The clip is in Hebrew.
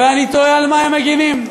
ואני תוהה על מה הם מגינים.